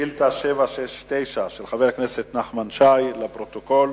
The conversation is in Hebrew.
שאילתא 769, של חבר הכנסת נחמן שי, לפרוטוקול.